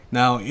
now